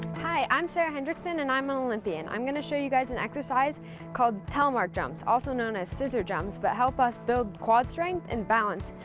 hi, i'm sarah hendrickson, and i'm an olympian. i'm gonna show you guys an exercise called telmark jumps, also known as scissor jumps, that but help us build quad strength and balance.